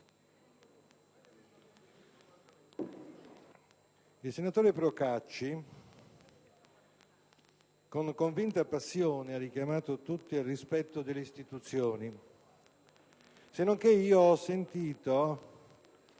Il senatore Procacci con convinta passione ha richiamato tutti al rispetto delle istituzioni. Senonché ho sentito